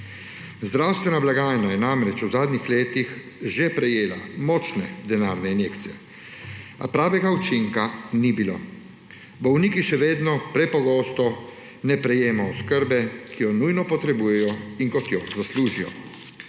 Zdravstvena blagajna je namreč v zadnjih letih že prejela močne denarne injekcije, a pravega učinka ni bilo. Bolniki še vedno prepogosto ne prejemajo oskrbe, ki jo nujno potrebujejo in kot jo zaslužijo.